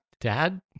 Dad